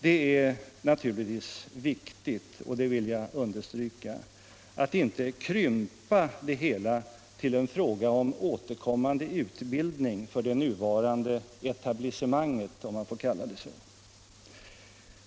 Det är viktigt att inte krympa det hela till en fråga om återkommande utbildning för det nuvarande etablissementet.